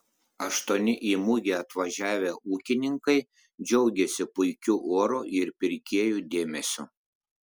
aštuoni į mugę atvažiavę ūkininkai džiaugėsi puikiu oru ir pirkėjų dėmesiu